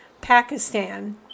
Pakistan